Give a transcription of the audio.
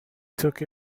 took